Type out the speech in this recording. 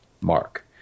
Mark